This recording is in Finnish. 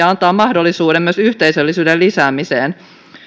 antaa myös mahdollisuuden myös yhteisöllisyyden lisäämiseen